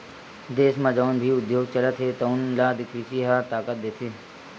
देस म जउन भी उद्योग चलत हे तउन ल कृषि ह ताकत देथे